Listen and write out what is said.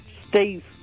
Steve